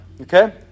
Okay